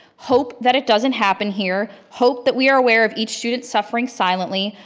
hope that it doesn't happen here, hope that we are aware of each student suffering silently,